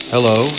Hello